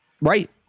Right